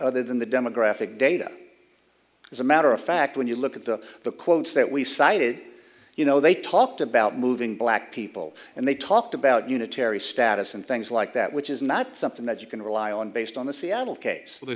other than the demographic data as a matter of fact when you look at the the quotes that we cited you know they talked about moving black people and they talked about unitary status and things like that which is not something that you can rely on based on the seattle case